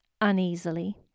uneasily